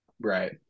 Right